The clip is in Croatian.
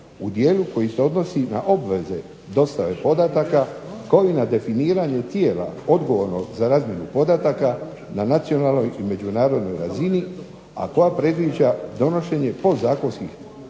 u dijelu koji se odnosi na obveze dostave podataka koji na definiranje tijela odgovornog za razmjenu podataka na nacionalnoj i međunarodnoj razini, a koja predviđa donošenje podzakonskih